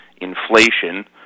inflation